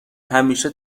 همیشه